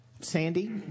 sandy